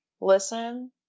listen